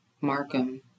Markham